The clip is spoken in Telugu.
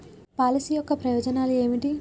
పాలసీ యొక్క ప్రయోజనాలు ఏమిటి?